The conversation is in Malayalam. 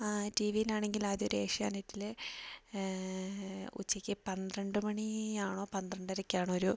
ടി വിലാണെങ്കില് ആദ്യം ഒരു ഏഷ്യാനെറ്റിൽ ഉച്ചയ്ക്ക് പന്ത്രണ്ടു മണി ആണോ പന്ത്രണ്ടരക്ക് ആണൊരു